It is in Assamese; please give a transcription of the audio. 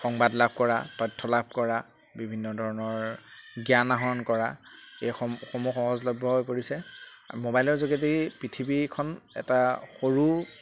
সংবাদ লাভ কৰা তথ্য লাভ কৰা বিভিন্ন ধৰণৰ জ্ঞান আহৰণ কৰা এইসমূহ সহজলভ্য হৈ পৰিছে মোবাইলৰ যোগেদি পৃথিৱীখন এটা সৰু